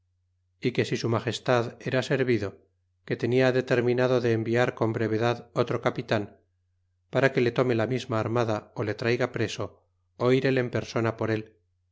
y que si su magestad era servido que tenia determinado de enviar con brevedad otro capitan para que le tome la misma armada ó le traiga preso á ir él en persona por él